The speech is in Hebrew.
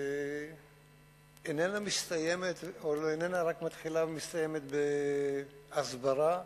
איננו מתחיל ומסתיים רק בהסברה.